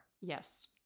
Yes